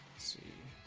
see